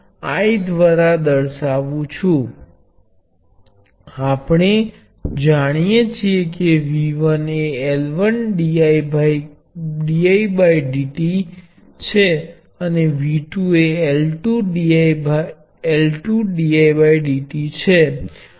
તેથી અહીંથી નીકળતો કુલ પ્રવાહ એ આ બધી બાબતો નો સરવાળો છે જે ફક્ત કેપેસિટર નો સરવાળો અને વોલ્ટેજ V નુ સમયની સાપેક્ષે વિકલન છે